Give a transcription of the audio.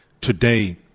today